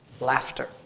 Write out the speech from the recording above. laughter